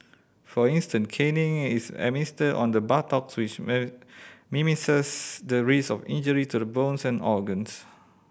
for instance caning is administered on the buttocks which minimises the risk of injury to the bones and organs